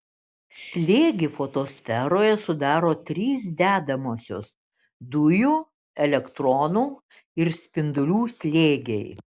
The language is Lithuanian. slėgį fotosferoje sudaro trys dedamosios dujų elektronų ir spindulių slėgiai